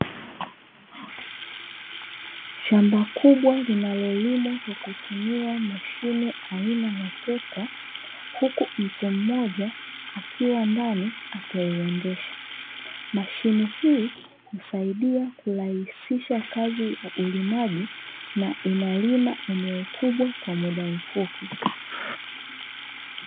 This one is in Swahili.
Shamba kubwa linalolimwa kwa kutumia mashine aina ya trekta huku, mtu mmoja akiwa ndani akiliendesha. Mashine hii husaidia kurahisisha kazi za ulimaji na inalima eneo kubwa kwa muda mfupi.